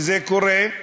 וזה קורה,